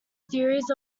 theories